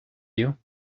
you